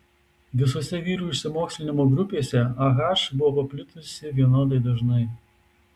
visose vyrų išsimokslinimo grupėse ah buvo paplitusi vienodai dažnai